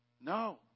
No